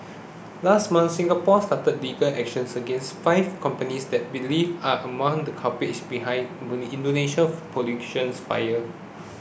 last month Singapore started legal action against five companies that believes are among the culprits behind Indonesia's pollutions fires